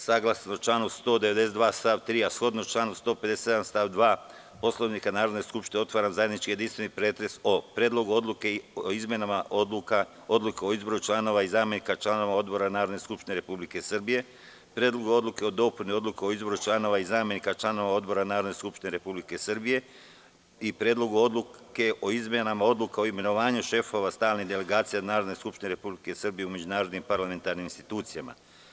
Saglasno članu 192. stav 3, a shodno članu 157. stav 2. Poslovnika Narodne skupštine, otvaram zajednički jedinstveni pretres o: Predlogu odluke o izmenama Odluke o izboru članova i zamenika članova odbora Narodne skupštine Republike Srbije, Predlogu odluke o dopuni Odluke o izboru članova i zamenika članova odbora Narodne skupštine Republike Srbije i Predlogu odluke o izmenama Odluke o imenovanju šefova stalnih delegacija Narodne skupštine Republike Srbije u međunarodnim parlamentarnim institucijama.